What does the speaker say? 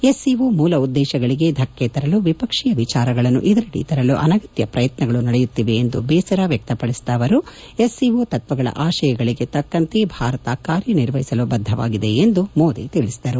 SCO ಮೂಲ ಉದ್ದೇಶಗಳಿಗೆ ಧಕ್ಷೆ ತರಲು ವಿಪಕ್ಷೀಯ ವಿಚಾರಗಳನ್ನು ಇದರಡಿ ತರಲು ಅನಗತ್ನ ಪ್ರಯತ್ನಗಳು ನಡೆಯುತ್ತಿವೆ ಎಂದು ಬೇಸರ ವ್ಯಕ್ತಪಡಿಸಿದ ಅವರು ಎಸ್ಸಿಒ ತತ್ವಗಳ ಆಶಯಗಳಿಗೆ ತಕ್ಕಂತೆ ಭಾರತ ಕಾರ್ಯನಿರ್ವಹಿಸಲು ಬದ್ದವಾಗಿದೆ ಎಂದು ಮೋದಿ ತಿಳಿಸಿದರು